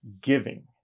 giving